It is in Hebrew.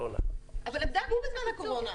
אבל הם דגו בזמן הקורונה.